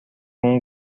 اون